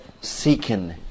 seeking